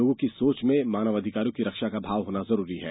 लोगों की सोच में मानव अधिकारों की रक्षा का भाव होना जरूरी है